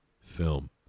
film